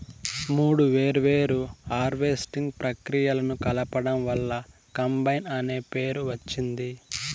మూడు వేర్వేరు హార్వెస్టింగ్ ప్రక్రియలను కలపడం వల్ల కంబైన్ అనే పేరు వచ్చింది